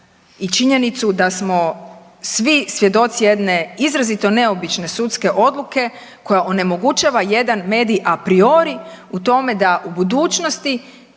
i činjenicu da smo svi svjedoci jedne izrazito neobične sudske odluke koja onemogućava jedan medij a priori u tome da u budućnosti